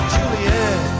Juliet